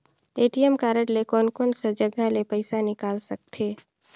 ATM card ले कोन कोन सा जगह ले पइसा निकाल सकथे?